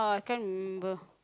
I can't remember